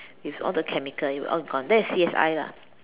with all the chemical it will all gone that is C_S_I lah